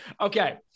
Okay